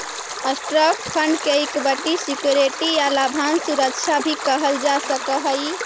stock fund के equity security या लाभांश सुरक्षा भी कहल जा सकऽ हई